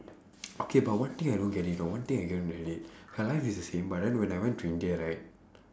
okay but one thing I don't get it know one thing I don't get it her life is the same but then when I went to india right